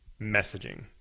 messaging